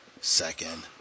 second